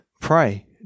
Pray